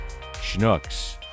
Schnooks